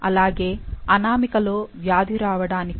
అలాగే అనామిక లో వ్యాధి రావడానికి